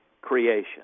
creation